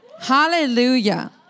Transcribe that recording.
Hallelujah